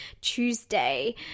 Tuesday